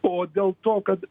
o dėl to kad